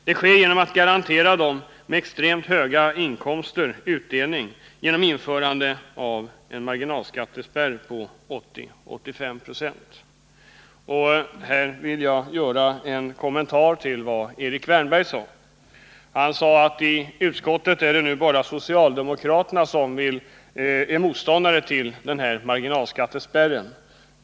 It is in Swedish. Det sker genom att garantera dem som har extremt höga inkomster utdelning genom införande av en marginalskattespärr på 80-85 90. Här vill jag göra en kommentar till vad Erik Wärnberg sade. Han sade att det i utskottet nu bara är socialdemokraterna som är motståndare till den här marginalskattespärren.